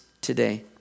today